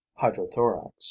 hydrothorax